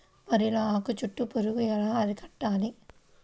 వరిలో ఆకు చుట్టూ పురుగు ఎలా అరికట్టాలి?